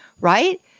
right